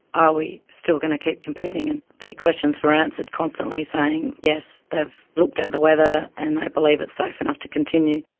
are we still going to keep competing? and the questions were answered constantly saying, yes, they've looked at the weather and they believe it's safe enough to continue.